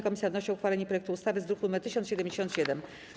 Komisja wnosi o uchwalenie projektu ustawy z druku nr 1077.